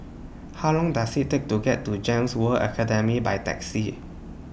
How Long Does IT Take to get to Gems World Academy By Taxi